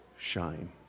shine